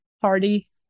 party